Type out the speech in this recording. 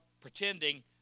pretending